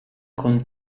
con